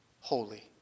holy